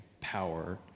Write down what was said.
power